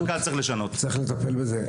צריך לטפל בזה.